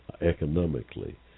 economically